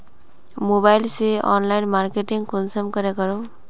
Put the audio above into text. Mobile से online marketing कुंसम के करूम?